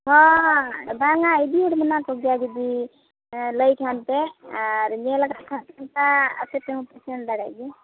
ᱦᱮᱸ ᱵᱟᱝᱟ ᱤᱫᱤ ᱦᱚᱲ ᱢᱮᱱᱟᱜ ᱠᱚᱜᱮᱭᱟ ᱡᱩᱫᱤ ᱞᱟᱹᱭ ᱠᱷᱟᱱᱯᱮ ᱟᱨ ᱧᱮᱞ ᱟᱠᱟᱫ ᱠᱷᱟᱱᱫᱚᱯᱮ ᱟᱯᱮᱛᱮᱦᱚᱸᱯᱮ ᱥᱮᱱ ᱫᱟᱲᱮᱜ ᱜᱮᱭᱟ